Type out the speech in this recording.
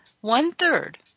One-third